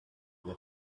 the